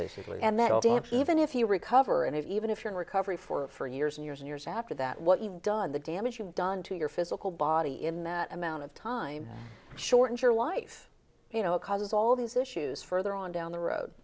basically and that all damp even if you recover and even if you're in recovery for years and years and years after that what you've done the damage you've done to your physical body in that amount of time shortens your life you know it causes all these issues further on down the road